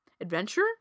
adventure